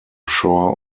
shore